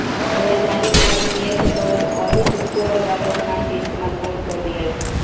वैधानिक मार्ग नियर के तहत अधिक कर वाला समान के इस्तमाल बंद कर दियाला